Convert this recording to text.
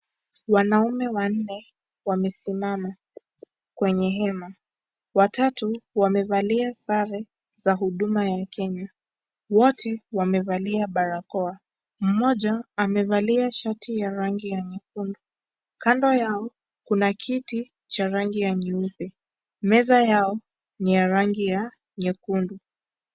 Wanaume wanne wamesimama kwenye hema. Watatu wamevalia sare za huduma ya Kenya. Wote wamevalia barakoa. Mmoja amevalia shati ya rangi ya nyekundu. Kando yao kuna kiti cha rangi ya nyeupe. Meza yao ni ya rangi ya nyekundu.